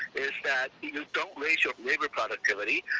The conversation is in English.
is that you don't raise your labor productivity.